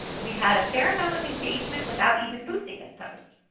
we had a fair amount of engagement without even boosting this post.